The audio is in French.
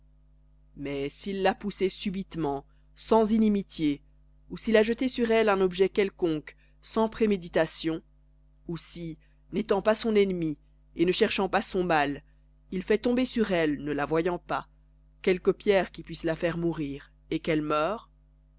mais s'il l'a poussée subitement sans inimitié ou s'il a jeté sur elle un objet quelconque sans préméditation ou si n'étant pas son ennemi et ne cherchant pas son mal il fait tomber sur elle ne la voyant pas quelque pierre qui puisse la faire mourir et qu'elle meure